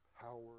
power